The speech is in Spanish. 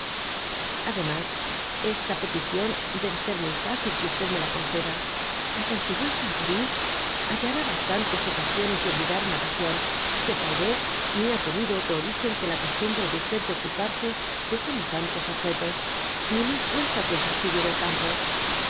ademas esta petición debe ser muy fácil que xú me la conceda pues en su yuelta á parís hallará bastantes ocasiones de olyidar una pasión que tal rez ni ha tenido otro origen que la costumbre de de ocuparse de semejantes objetos ni mas fuerza que el fastidio del campo